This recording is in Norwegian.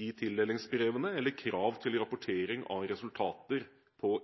i tildelingsbrevene eller krav til rapportering av resultater på